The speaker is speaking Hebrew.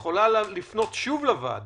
הממשלה יכולה לפנות שוב לוועדה